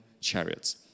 chariots